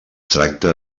tracta